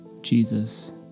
Jesus